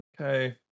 okay